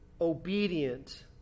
obedient